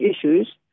issues